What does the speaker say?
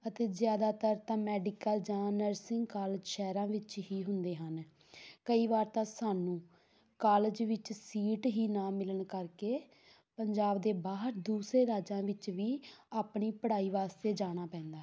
ਅਤੇ ਜ਼ਿਆਦਾਤਰ ਤਾਂ ਮੈਡੀਕਲ ਜਾਂ ਨਰਸਿੰਗ ਕਾਲਜ ਸ਼ਹਿਰਾਂ ਵਿੱਚ ਹੀ ਹੁੰਦੇ ਹਨ ਕਈ ਵਾਰ ਤਾਂ ਸਾਨੂੰ ਕਾਲਜ ਵਿੱਚ ਸੀਟ ਹੀ ਨਾ ਮਿਲਣ ਕਰਕੇ ਪੰਜਾਬ ਦੇ ਬਾਹਰ ਦੂਸਰੇ ਰਾਜਾਂ ਵਿੱਚ ਵੀ ਆਪਣੀ ਪੜ੍ਹਾਈ ਵਾਸਤੇ ਜਾਣਾ ਪੈਂਦਾ ਹੈ